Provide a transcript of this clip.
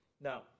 Now